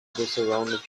surrounded